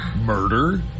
murder